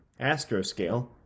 Astroscale